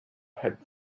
had